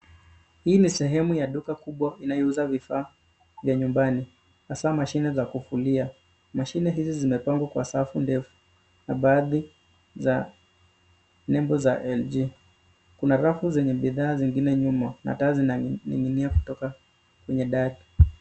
Hii ni sehemu kubwa ya duka inayouzwa vifaa vya nyumbani, hasa mashine za kufulia. Mashine hizi zimepangwa kwa safu ndefu, na baadhi za lebo za LG. Kuna rafu zenye bidhaa zingine nyuma, na taa zinaning'inia kutoka kwenye dari.